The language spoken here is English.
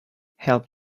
help